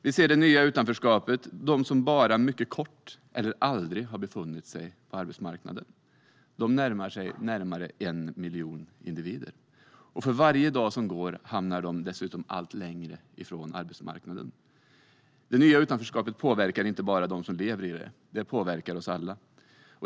Vi ser det nya utanförskapet bland dem som bara mycket kort tid eller aldrig har befunnit sig på arbetsmarknaden. De närmar sig 1 miljon individer. För varje dag som går hamnar de dessutom allt längre från arbetsmarknaden. Det nya utanförskapet påverkar inte bara dem som lever i det. Det påverkar oss alla.